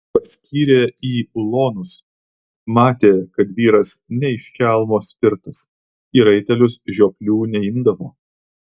paskyrė į ulonus matė kad vyras ne iš kelmo spirtas į raitelius žioplių neimdavo